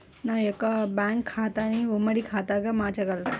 నా యొక్క బ్యాంకు ఖాతాని ఉమ్మడి ఖాతాగా మార్చగలరా?